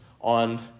on